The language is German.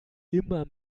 immer